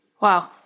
Wow